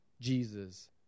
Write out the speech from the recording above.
Jesus